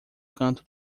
canto